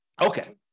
Okay